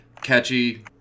catchy